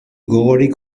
gogorik